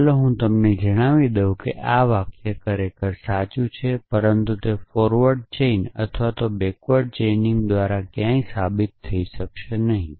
ચાલો હું તમને જણાવી દઉં કે આ વાક્ય ખરેખર સાચું છે પરંતુ તે ફોરવર્ડ સાંકળ અથવા પાછલા ચેઇનિંગ દ્વારા ક્યાં સાબિત થઈ શકશે નહીં